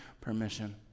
permission